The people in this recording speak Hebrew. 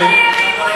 עוד פעם